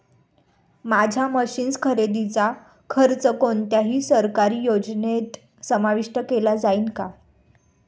माझ्या मशीन्स खरेदीचा खर्च कोणत्या सरकारी योजनेत समाविष्ट केला जाईल का?